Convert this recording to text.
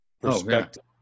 perspective